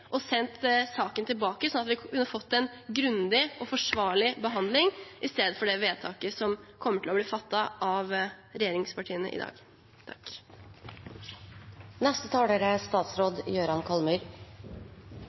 og sendt saken tilbake, slik at vi kunne fått en grundig og forsvarlig behandling, i stedet for det vedtaket som kommer til å bli fattet av regjeringspartiene i dag.